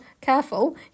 careful